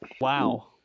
wow